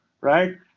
right